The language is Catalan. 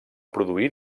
produir